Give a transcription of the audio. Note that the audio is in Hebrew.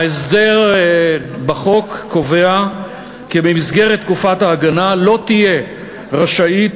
ההסדר בחוק קובע כי במסגרת תקופת ההגנה לא תהיה רשאית